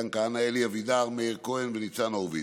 מתן כהנא, אלי אבידר, מאיר כהן וניתן הורוביץ.